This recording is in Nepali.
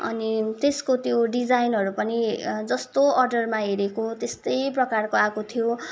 अनि त्यसको त्यो डिजाइनहरू पनि जस्तो अर्डरमा हेरेको त्यस्तै प्रकारको आएको थियो